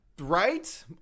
right